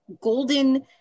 golden